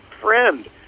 friend